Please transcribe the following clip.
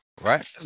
right